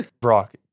Brock